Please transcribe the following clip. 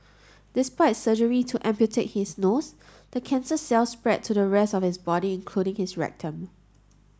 despite surgery to amputate his nose the cancer cells spread to the rest of his body including his rectum